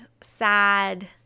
sad